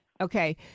Okay